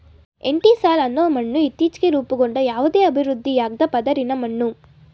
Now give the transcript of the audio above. entisol ಅನ್ನೋ ಮಣ್ಣು ಇತ್ತೀಚ್ಗೆ ರೂಪುಗೊಂಡ ಯಾವುದೇ ಅಭಿವೃದ್ಧಿಯಾಗ್ದ ಪದರಿನ ಮಣ್ಣು